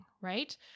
right